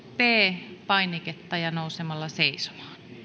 p painiketta ja nousemalla seisomaan